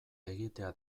egitea